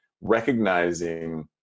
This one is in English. recognizing